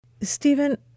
Stephen